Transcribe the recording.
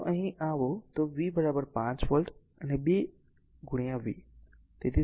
હવે જો આ અહીં આવે તો V 5 વોલ્ટ અને 2 V